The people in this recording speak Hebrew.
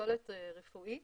מפסולת חקלאית,